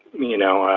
you know,